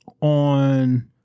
on